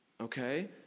Okay